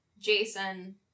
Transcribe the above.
Jason